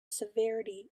severity